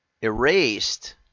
erased